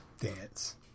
dance